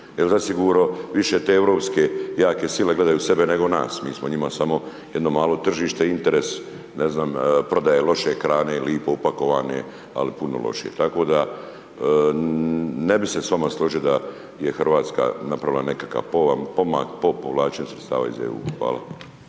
Jer zasigurno više te europske jake sile gledaju sebe nego nas, mi smo njima samo jedno malo tržište, interes, ne znam prodaja loše hrane, lipo upakovane, ali puno lošije. Tako da ne bih se s vama složio da je Hrvatska napravila nekakav pomak po povlačenju sredstava iz EU. Hvala.